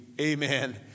Amen